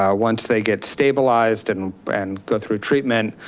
ah once they get stabilized and, and go through treatment,